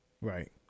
Right